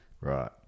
Right